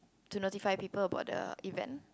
to notify people about the event